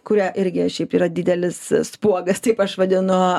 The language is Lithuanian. kuria irgi šiaip yra didelis spuogas taip aš vadinu